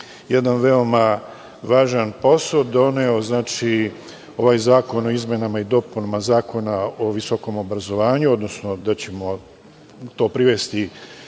jedan veoma važan posao koji je doneo ovaj zakon o izmenama i dopunama Zakona o visokom obrazovanju, odnosno da ćemo to privesti